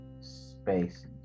spaces